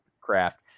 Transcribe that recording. craft